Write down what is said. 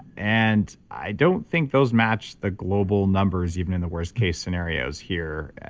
and i don't think those match the global numbers even in the worst case scenarios here.